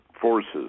forces